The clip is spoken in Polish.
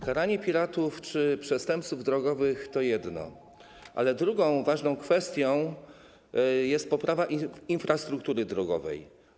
Karanie piratów czy przestępców drogowych to jedno, ale drugą ważną kwestią jest poprawa infrastruktury drogowej.